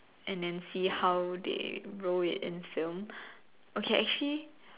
and then see how they roll it in film okay actually